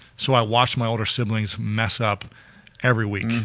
so i watched my older siblings mess up every week,